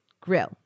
grill